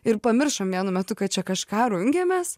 ir pamiršom vienu metu kai čia kažką rungiamės